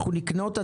אנחנו נקנה אותה,